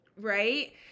right